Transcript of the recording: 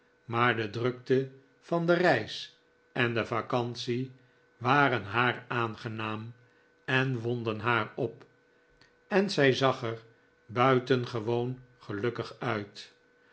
maar de drukte van de reis en de vacantie waren haar aangenaam en wonden haar op en zij zag er buitengewoon gelukkig uit